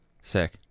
Sick